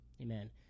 Amen